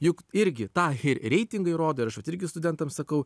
juk irgi tą ir reitingai rodo ir aš vat irgi studentam sakau